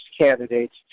candidates